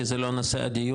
כי זה לא נושא הדיון.